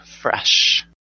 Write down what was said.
fresh